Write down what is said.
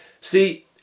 See